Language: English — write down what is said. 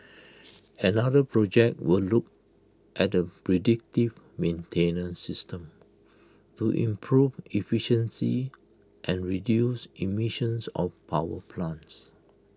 another project will look at A predictive maintenance system to improve efficiency and reduce emissions of power plants